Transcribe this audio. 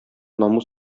намус